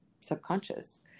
subconscious